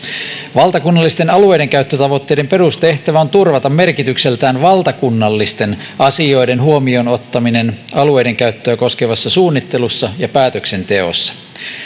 valtakunnallisten alueidenkäyttötavoitteiden perustehtävä on turvata merkitykseltään valtakunnallisten asioiden huomioon ottaminen alueidenkäyttöä koskevassa suunnittelussa ja päätöksenteossa